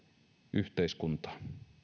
yhteiskuntaa